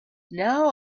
now